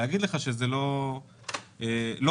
זה לא בסדר.